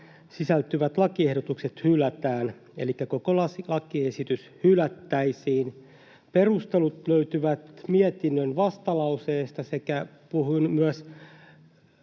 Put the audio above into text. sisältyvät lakiehdotukset hylätään, elikkä koko lakiesitys hylättäisiin. Perustelut löytyvät mietinnön vastalauseesta. Puhuin myös